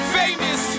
famous